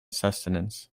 sustenance